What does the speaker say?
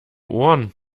ohren